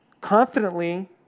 confidently